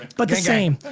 but the same.